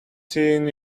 seen